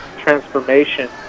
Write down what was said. transformation